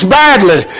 badly